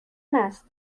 است